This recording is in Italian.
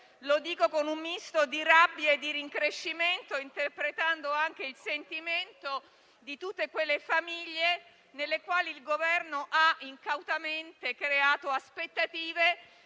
ma con un misto di rabbia e di rincrescimento, interpretando anche il sentimento di tutte quelle famiglie nelle quali il Governo ha, incautamente, creato aspettative